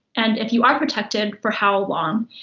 and if you are protected, for how ah long.